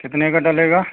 कितने का डलेगा